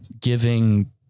giving